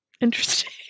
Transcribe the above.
interesting